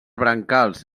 brancals